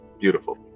beautiful